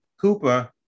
Cooper